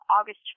August